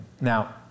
Now